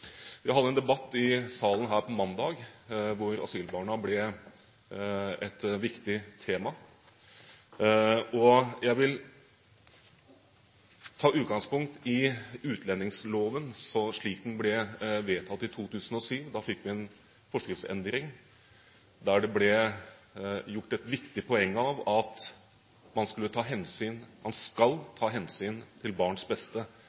Vi hadde en debatt i salen her på mandag, der asylbarna ble et viktig tema. Jeg vil ta utgangspunkt i utlendingsloven, slik den ble vedtatt i 2007. Da fikk vi en forskriftsendring der det ble gjort et viktig poeng av at man skal ta hensyn til barns beste,